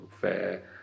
fair